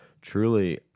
Truly